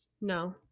No